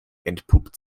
entpuppt